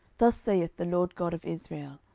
thus saith the lord god of israel,